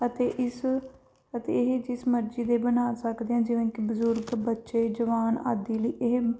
ਅਤੇ ਇਸ ਅਤੇ ਇਹ ਜਿਸ ਮਰਜ਼ੀ ਦੇ ਬਣਾ ਸਕਦੇ ਹਾਂ ਜਿਵੇਂ ਕਿ ਬਜ਼ੁਰਗ ਬੱਚੇ ਜਵਾਨ ਆਦਿ ਲਈ ਇਹ